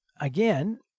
again